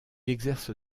exerce